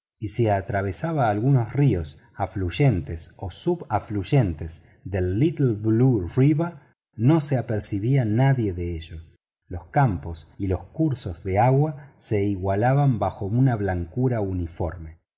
y si atravesaba algunos ríos afluentes o subafluentes del little blue no se percataba nadie de ello los campos y los cursos de agua se igualaban bajo una blancura uniforme